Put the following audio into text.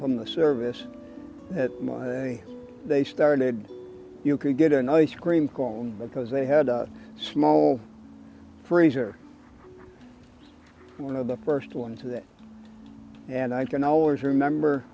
from the service they started you could get a nice cream cone because they had a small freezer one of the first ones that and i can always remember